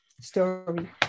story